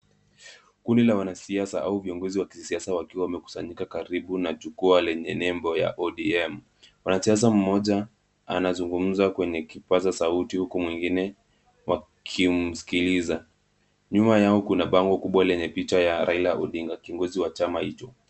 Kundi la wanasiasa au viongozi wa kisiasa wakiwa wamekusanyika karibu na jukwaa lenye nembo ya ODM. Mwanasiasa mmoja anazungumza kwenye kipaza sauti huku mwengine wakimsikiliza. Nyuma yao kuna bango kubwa lenye picha ya Raila Odinga kiongozi wa chama hicho.